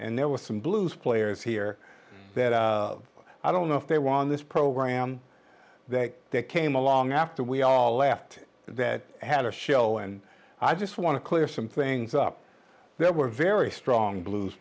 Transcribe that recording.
and there were some blues players here that i don't know if they won this program that they came along after we all left that had a show and i just want to clear some things up there were very strong blues